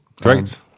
Great